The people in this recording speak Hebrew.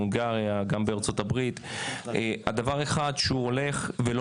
בהונגריה וגם בארצות-הברית יש דבר אחד שהולך ולא